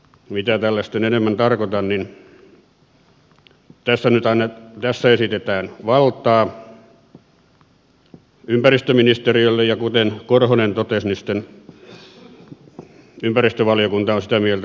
mitä tällä sitten enemmän tarkoitan niin tässä esitetään valtaa ympäristöministeriölle ja kuten korhonen totesi ympäristövaliokunta on sitä mieltä että se valta olisi maan hallituksella